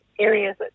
areas